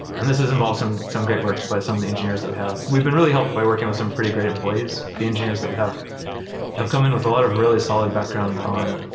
and this involved some some great work by some of the engineers that we have. we've been really helped by working with some pretty great employees, the engineers that we have have come in with a lot of really solid background on,